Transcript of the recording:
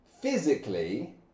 physically